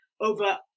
over